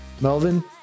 Melvin